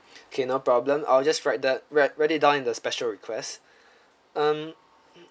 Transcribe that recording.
okay no problem I'll just write that write write it down in the special requests um